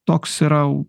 toks yra